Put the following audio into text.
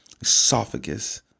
esophagus